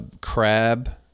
crab